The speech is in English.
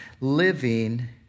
living